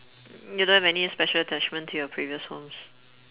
you don't have any special attachments to your previous homes